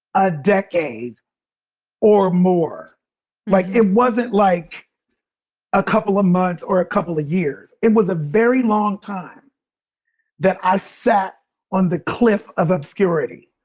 a decade or more like it wasn't like a couple of months or a couple of years, it was a very long time that i sat on the cliff of obscurity,